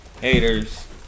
haters